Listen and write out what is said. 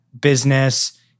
business